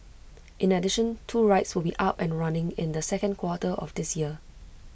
in addition two rides will be up and running in the second quarter of this year